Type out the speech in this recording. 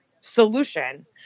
solution